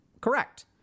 correct